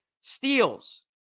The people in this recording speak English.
steals